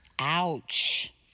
Ouch